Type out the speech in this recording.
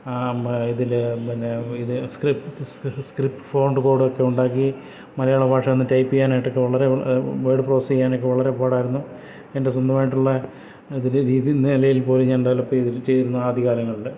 ആ യിതില് പിന്നെ ഇത് സ്ക്രിപ്റ്റ് സ്ക്രിപ്റ്റ് ഫോണ്ട് ബോഡൊക്കെയുണ്ടാക്കി മലയാള ഭാഷ അന്ന് ടൈപ്പെയ്യാനായിട്ടൊക്കെ വളരെയധികം വേഡ് പോസിയ്യാനൊക്കെ വളരെ പാടായിരുന്നു എൻ്റെ സ്വന്തമായിട്ടുള്ള അതിലെ രീതി എന്ന് നിലയിൽ പോലും ഞാൻ ഡെവലപ് പ്പെയ്തിരുന്നു ചെയ്തിരുന്നു ആദ്യകാലങ്ങളില്